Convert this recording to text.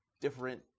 different